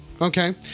Okay